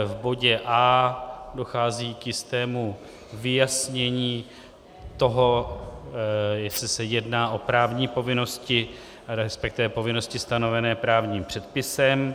V bodě A dochází k jistému vyjasnění toho, jestli se jedná o právní povinnosti, resp. povinnosti stanovené právním předpisem.